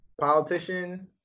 politician